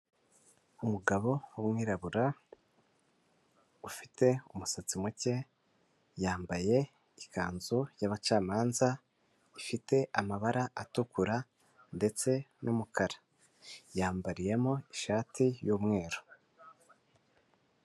Umugabo w'umwirabura ufite umusatsi muke yambaye ikanzu y'abacamanza ifite amabara atukura ndetse n'umukara yambariyemo ishati y'umweru.